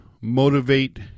motivate